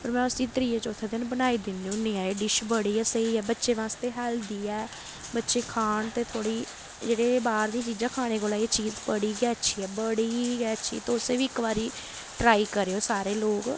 पर में उस्सी त्रिये चौथे दिन बनाई दिन्नी होन्नी आं एह् डिश बड़ी गै स्हेई ऐ बच्चें बास्तै हैल्दी ऐ बच्चे खान ते थोह्ड़ी जेह्ड़े बाह्र दी चीजां खाने कोला एह् चीज बड़ी गै अच्छी ऐ बड़ी गै अच्छी तुसें बी इक बारी ट्राई करेओ सारे लोक